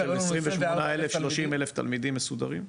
28-30 אלף תלמידים מסודרים?